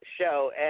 show